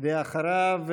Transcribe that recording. אחריו,